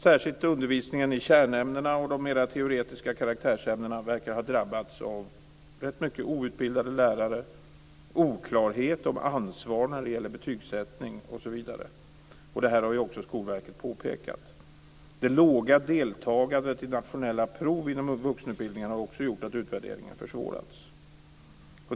Särskilt undervisningen i kärnämnena och de mer teoretiska karaktärsämnena verkar ha drabbats av rätt mycket outbildade lärare, oklarhet om ansvar när det gäller betygssättning, osv. Det har också Skolverket påpekat. Det låga deltagandet i nationella prov inom vuxenutbildningen har också gjort att utvärderingen försvårats. Fru talman!